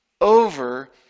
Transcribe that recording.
over